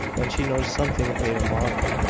then she noticed something that made her marvel.